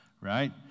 right